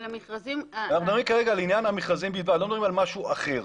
לא מדברים על משהו אחר.